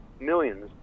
millions